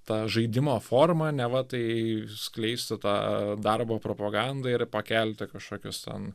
ta žaidimo forma neva tai skleisti tą darbo propagandą ir pakelti kažkokius ten